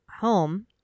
home